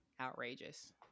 outrageous